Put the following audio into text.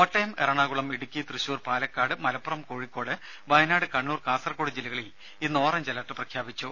കോട്ടയം എറണാകുളം ഇടുക്കി തൃശൂർ പാലക്കാട് മലപ്പുറം കോഴിക്കോട് വയനാട് കണ്ണൂർ കാസർകോട് ജില്ലകളിൽ ഇന്ന് orange alert പ്രഖ്യാപിച്ചു